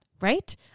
right